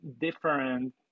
different